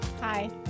Hi